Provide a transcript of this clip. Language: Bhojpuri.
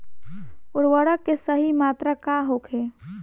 उर्वरक के सही मात्रा का होखे?